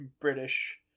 british